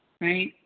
Right